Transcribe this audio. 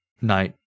night